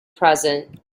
present